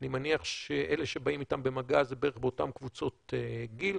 אני מניח שאלה שבאים איתם במגע זה בערך באותן קבוצות גיל,